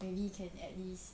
maybe can at least